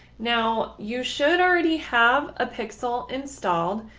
now you should already have a pixel installed,